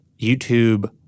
YouTube